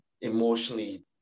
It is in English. emotionally